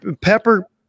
Pepper